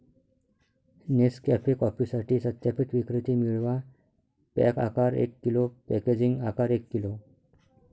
Nescafe कॉफीसाठी सत्यापित विक्रेते मिळवा, पॅक आकार एक किलो, पॅकेजिंग आकार एक किलो